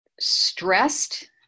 stressed